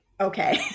okay